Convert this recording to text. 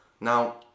Now